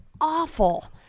awful